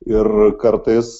ir kartais